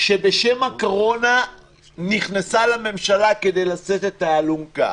שבשם הקורונה נכנסה לממשלה כדי לשאת את האלונקה.